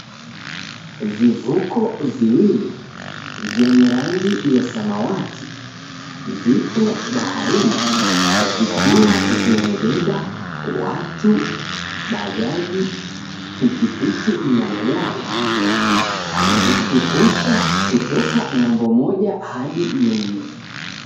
Vivuko viwili vyenye rangi ya samawati vipo baharini vikiwa vimebeba watu, bajaji, pikipiki na magari zikivusha kutoka ng'ambo moja hadi nyingine.